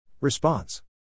Response